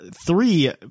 three